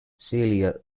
celia